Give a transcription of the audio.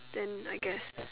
then I guess